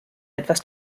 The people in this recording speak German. etwas